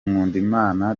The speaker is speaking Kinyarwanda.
nkundimana